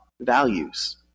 values